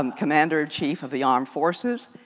um commander-in-chief of the armed forces.